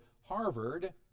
Harvard